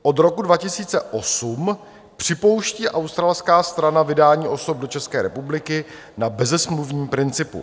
Od roku 2008 připouští australská strana vydání osob do České republiky na bezesmluvním principu.